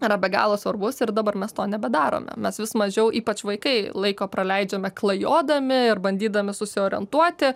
yra be galo svarbus ir dabar mes to nebedarome mes vis mažiau ypač vaikai laiko praleidžiame klajodami ir bandydami susiorientuoti